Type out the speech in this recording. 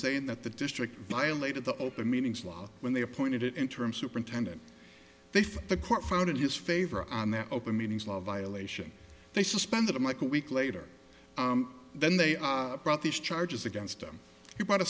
saying that the district violated the open meetings law when they appointed interim superintendent they for the court found in his favor on that open meetings law violation they suspended him like a week later then they brought these charges against him he bought a